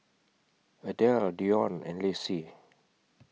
Adell Dionne and Lacy